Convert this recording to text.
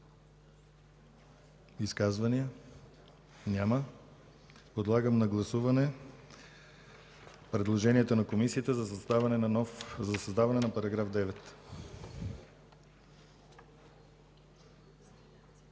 изказвания? Няма. Подлагам на гласуване предложението на Комисията за създаване на нов §